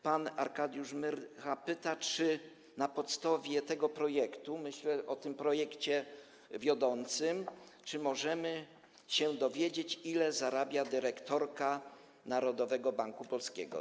Pan Arkadiusz Myrcha pyta, czy na podstawie tego projektu - myślę o projekcie wiodącym - możemy się dowiedzieć, ile zarabia dyrektorka Narodowego Banku Polskiego.